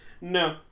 No